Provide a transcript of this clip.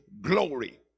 glory